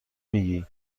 میگی